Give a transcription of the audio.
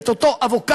את אותו אבוקדו.